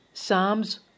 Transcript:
Psalms